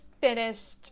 finished